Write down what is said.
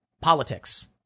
Politics